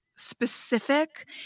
specific